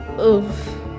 Oof